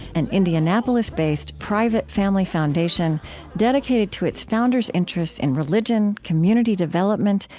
an indianapolis-based, private family foundation dedicated to its founders' interests in religion, community development,